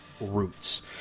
roots